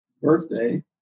birthday